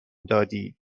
دادی